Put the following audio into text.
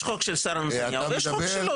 יש חוק של שרה נתניהו ויש חוק שלו.